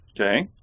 Okay